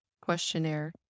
questionnaire